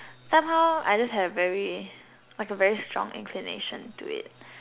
somehow I just have a very like a very strong inclination to do it